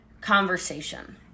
conversation